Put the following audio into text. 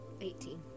Eighteen